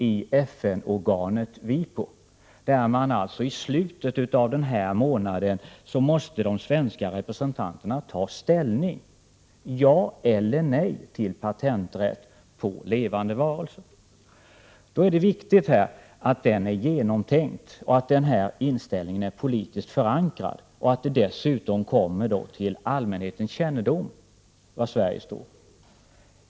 I FN-organet WIPO måste i slutet av denna månad de svenska representanterna ta ställning: ja eller nej till patenträtt på levande varelser. Då är det viktigt att inställningen är genomtänkt och att den inställningen är politiskt förankrad. Det bör dessutom komma till allmänhetens kännedom var vi står.